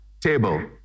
table